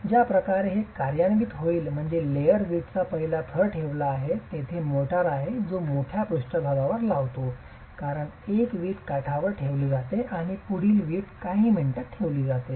ज्या प्रकारे हे कार्यान्वित होईल ते म्हणजे लेयर वीटचा पहिला थर ठेवला आहे तेथे मोर्टार आहे जो मोठ्या पृष्ठभागावर लावला जातो कारण एक वीट काठावर ठेवली जाते आणि पुढील वीट काही मिनिटांत ठेवली जाते